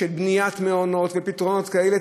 של בניית מעונות ופתרונות כאלה,